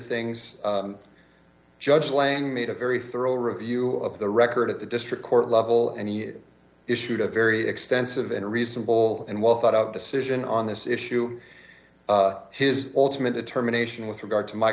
things judge lang made a very thorough review of the record at the district court level and you issued a very extensive and reasonable and well thought out decision on this issue his ultimate determination with regard to my